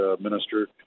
minister